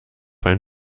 ein